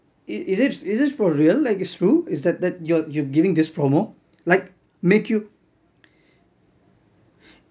is is this is this for real like it's true its that that you're you're giving this promo like make you